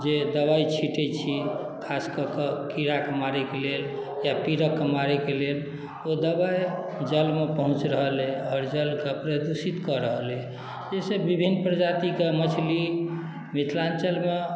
जे दबाइ छीटैत छी खास कऽ कऽ कीड़ाकेँ मारयके लेल या पीड़कके मारयके लेल ओ दबाइ जलमे पहुँच रहल अइ आओर जलकेँ प्रदूषित कऽ रहल अइ एहिसँ विभिन्न प्रजातिके मछली मिथिलाञ्चलमे